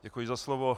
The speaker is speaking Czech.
Děkuji za slovo.